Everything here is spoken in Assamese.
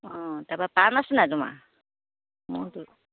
অ' তাৰপৰা পাণ আছে নাই তোমাৰ